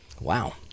Wow